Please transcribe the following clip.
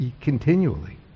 continually